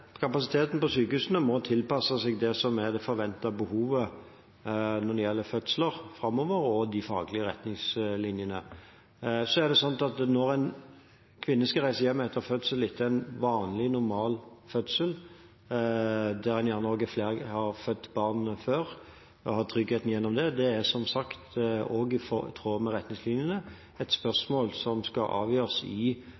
kapasiteten på sykehuset er bygget for liten i utgangspunktet? Kapasiteten på sykehusene må tilpasses det som er det forventede behovet når det gjelder fødsler framover, og de faglige retningslinjene. Når en kvinne skal reise hjem etter en vanlig, normal fødsel, og en gjerne også har født barn før og har tryggheten gjennom det, er det som sagt også i tråd med retningslinjene et